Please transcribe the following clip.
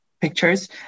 pictures